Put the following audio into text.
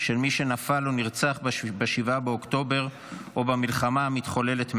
של מי שנפל או נרצח ב-7 באוקטובר או במלחמה המתחוללת מאז.